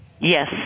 Yes